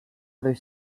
other